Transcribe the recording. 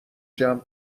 جمع